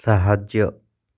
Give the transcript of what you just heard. ସାହାଯ୍ୟ